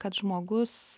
kad žmogus